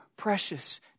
precious